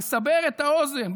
לסבר את האוזן,